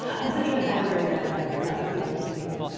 i'm sitting in the back of a radar truck, so i'm not looking out the window.